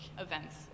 events